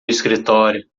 escritório